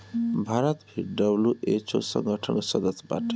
भारत भी डब्ल्यू.एच.ओ संगठन के सदस्य बाटे